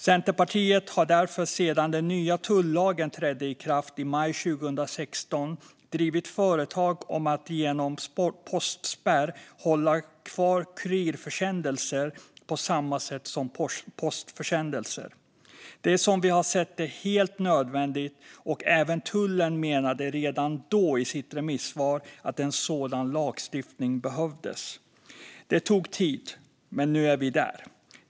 Centerpartiet har därför sedan den nya tullagen trädde i kraft i maj 2016 drivit frågan om att genom postspärr hålla kvar kurirförsändelser på samma sätt som postförsändelser. Det är som vi har sett det helt nödvändigt. Även tullen menade redan då i sitt remissvar att en sådan lagstiftning behövdes. Det tog tid, men nu är vi där.